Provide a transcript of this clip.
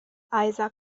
isaac